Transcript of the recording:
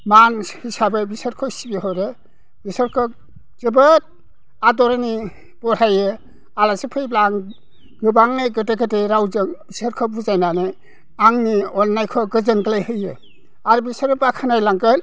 मानसि हिसाबै बिसोरखौ सिबिहरो बिसोरखौ जोबोद आदरै बुरखायो आलासि फैब्ला आं गोबांनो गोदै गोदै रावजों बिसोरखौ बुजायनानै आंनि अननायखौ गोजोनग्लायहोयो आरो बिसोरो बाख्नाय लांगोन